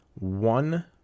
one